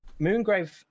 Moongrave